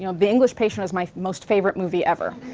you know but english patient is my most favorite movie ever,